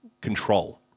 control